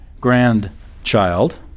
grandchild